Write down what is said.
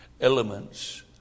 elements